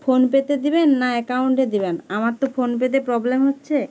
ফোনপেতে দিবেন না অ্যাকাউন্টে দিবেন আমার তো ফোনপেতে প্রবলেম হচ্ছে